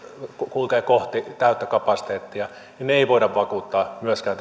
kulkee kohti täyttä kapasiteettia ei voida vakuuttaa myöskään